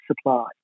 supply